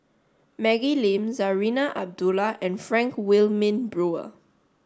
Maggie Lim Zarinah Abdullah and Frank Wilmin Brewer